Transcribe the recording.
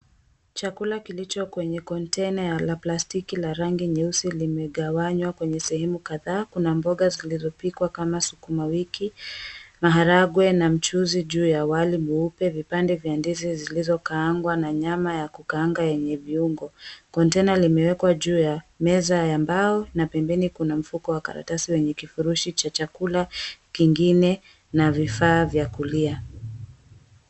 Chakula kilicho kwenye kontena ya plastiki la rangi nyeusi limegawanywa kwenye sehemu kadhaa. Kuna mboga zilizopikwa kama sukuma wiki, maharagwe na mchuzi juu ya wali mweupe, vipande vya ndizi zilizokaangwa na nyama ya kukaanga yenye viungo. Kontena limewekwa juu ya meza ya mbao na pembeni kuna mfuko wa karatasi wenye kifurushi cha chakula kingine na vifaa vya kulia.